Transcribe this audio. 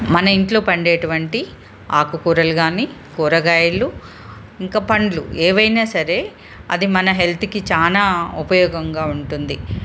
మన ఇంట్లో పండేటటువంటి ఆకుకూరలు కానీ కూరగాయలు ఇంకా పండ్లు ఏవైనా సరే అది మన హెల్త్కి చాల ఉపయోగంగా ఉంటుంది